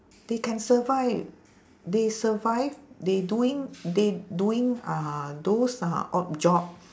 they can survive they survive they doing they doing uh those uh odd job